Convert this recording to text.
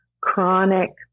chronic